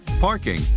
parking